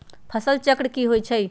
फसल चक्र की होइ छई?